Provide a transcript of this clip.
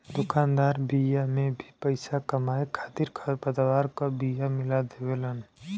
दुकानदार बिया में भी पईसा कमाए खातिर खरपतवार क बिया मिला देवेलन